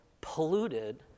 polluted